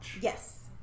yes